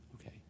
Okay